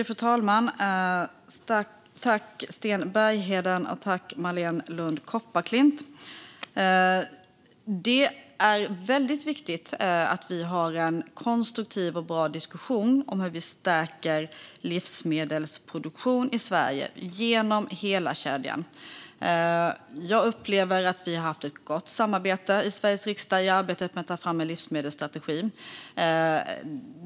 Fru talman! Det är väldigt viktigt att vi har en konstruktiv och bra diskussion om hur vi ska stärka livsmedelsproduktionen i Sverige genom hela kedjan. Jag upplever att vi har haft ett gott samarbete i Sveriges riksdag i arbetet med att ta fram en livsmedelsstrategi.